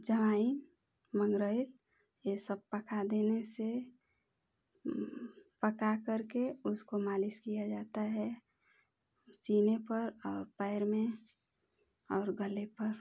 अजवाइन मंगरैल ये सब पका देने से पका कर के उसको मालिश किया जाता है सीने पर पैर में और गले पर